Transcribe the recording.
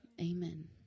Amen